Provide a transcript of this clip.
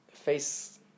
Face